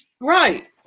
right